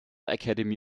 academy